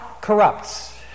corrupts